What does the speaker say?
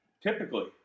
typically